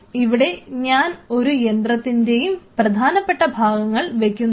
ഇവിടെ ഞാൻ ഒരു യന്ത്രത്തിൻറെയും പ്രധാനപ്പെട്ട ഭാഗങ്ങൾ വെക്കുന്നില്ല